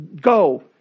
Go